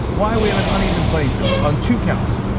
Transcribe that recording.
why we have an uneven playing field on two counts.